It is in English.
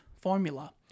formula